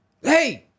Hey